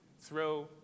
throw